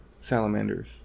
salamanders